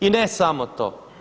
I ne samo to.